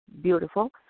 beautiful